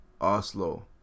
Oslo